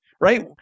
right